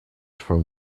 from